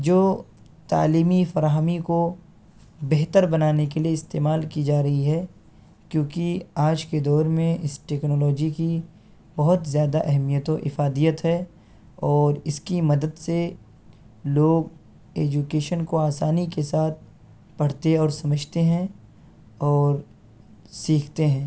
جو تعلیمی فراہمی کو بہتر بنانے کے لیے استعمال کی جا رہی ہے کیوںکہ آج کے دور میں اس ٹیکنولوجی کی بہت زیادہ اہمیت و افادیت ہے اور اس کی مدد سے لوگ ایجوکیشن کو آسانی کے ساتھ پڑھتے اور سمجھتے ہیں اور سیکھتے ہیں